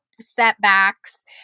setbacks